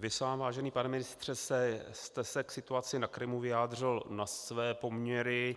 Vy sám, vážený pane ministře, jste se k situaci na Krymu vyjádřil na své poměry